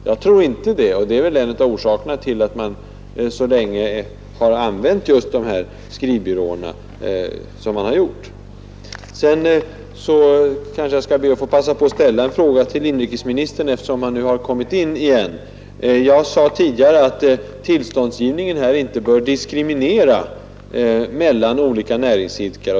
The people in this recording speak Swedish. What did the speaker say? Jag tror inte att man anser det, och det är väl en av orsakerna till att man så länge har anlitat just dessa skrivbyråer. Jag skall passa på att ställa en fråga till inrikesministern, eftersom han nu har kommit in i kammaren igen. Jag sade tidigare att tillståndsgivningen här inte bör diskriminera vissa näringsidkare.